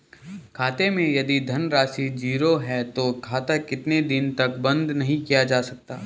खाते मैं यदि धन राशि ज़ीरो है तो खाता कितने दिन तक बंद नहीं किया जा सकता?